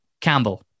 Campbell